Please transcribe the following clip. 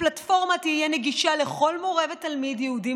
הפלטפורמה תהיה נגישה לכל מורה ותלמיד יהודים